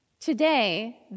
today